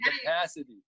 capacity